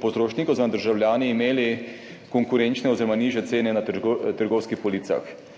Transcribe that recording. potrošniki oziroma državljani imeli konkurenčne oziroma nižje cene na trgovskih policah.